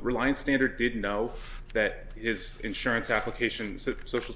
reliance standard didn't know that is insurance applications of social